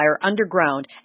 underground